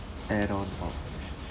add on of